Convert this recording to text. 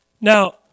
Now